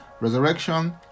resurrection